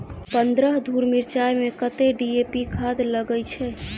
पन्द्रह धूर मिर्चाई मे कत्ते डी.ए.पी खाद लगय छै?